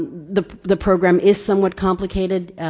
the the program is somewhat complicated.